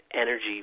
energy